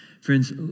Friends